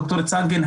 ד"ר צנגן,